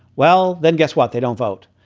well, then guess what? they don't vote.